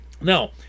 Now